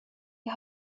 jag